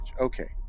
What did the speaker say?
Okay